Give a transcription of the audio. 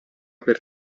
per